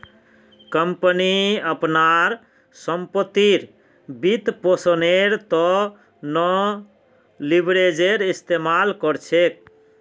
company अपनार संपत्तिर वित्तपोषनेर त न लीवरेजेर इस्तमाल कर छेक